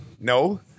no